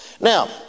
Now